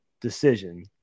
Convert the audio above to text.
decision